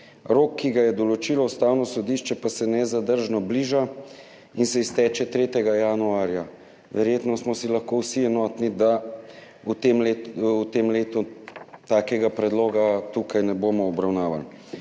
Rok, ki ga je določilo Ustavno sodišče, pa se nezadržno bliža in se izteče 3. januarja. Verjetno smo si lahko vsi enotni, da v tem letu takega predloga tukaj ne bomo obravnavali.